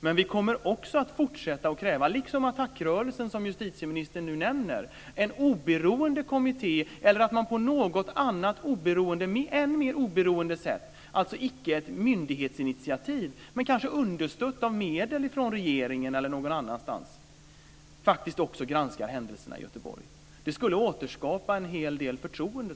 Men vi kommer också, liksom ATTAC rörelsen som justitieministern nu nämner, att fortsätta att kräva att en oberoende kommitté eller någon annan på ett än mer oberoende sätt, dvs. inte genom ett myndighetsinitiativ men kanske understött av medel från regeringen eller någon annan, faktiskt också granskar händelserna i Göteborg. Jag tror att det skulle återskapa en hel del förtroende.